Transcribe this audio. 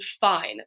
fine